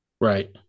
Right